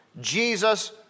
Jesus